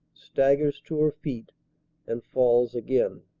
staggers to her feet and falls again.